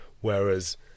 whereas